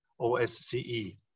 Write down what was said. OSCE